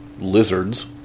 lizards